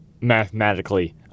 mathematically